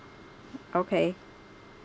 okay